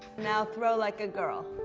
now throw like a girl.